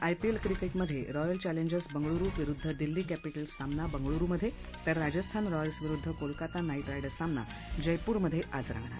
IPL क्रिकेटी मधे Royal Challengers Bengaluru विरुद्ध दिल्ली कॅपिटल्स सामना बंगळूरु मधे तर राजस्थान रॉयल्स विरुद्ध कोलकाता नाईट रायडर्स सामना जयपूरमधे रंगणार